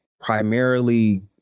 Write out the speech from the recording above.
primarily